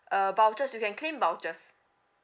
uh vouchers you can claim vouchers